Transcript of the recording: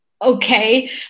Okay